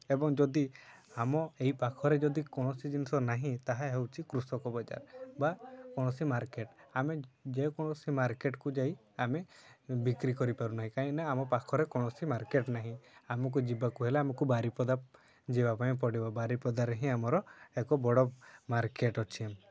ଏବଂ ଯଦି ଆମ ଏହି ପାଖରେ ଯଦି କୌଣସି ଜିନିଷ ନାହିଁ ତାହା ହେଉଛି କୃଷକ ବଜାର ବା କୌଣସି ମାର୍କେଟ୍ ଆମେ ଯେକୌଣସି ମାର୍କେଟ୍କୁ ଯାଇ ଆମେ ବିକ୍ରି କରିପାରୁନାହିଁ କାହିଁକି ନା ଆମ ପାଖରେ କୌଣସି ମାର୍କେଟ୍ ନାହିଁ ଆମକୁ ଯିବାକୁ ହେଲେ ଆମକୁ ବାରିପଦା ଯିବା ପାଇଁ ପଡ଼ିବ ବାରିପଦାରେ ହିଁ ଆମର ଏକ ବଡ଼ ମାର୍କେଟ୍ ଅଛି